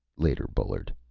later, bullard,